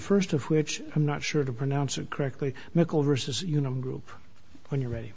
st of which i'm not sure to pronounce it correctly mikkel versus you know group when you're ready